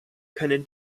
können